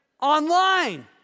online